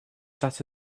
that